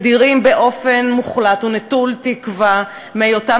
מדירים באופן מוחלט ונטול תקווה מהיותם